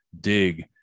dig